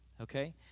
Okay